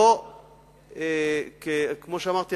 כמו שאמרתי: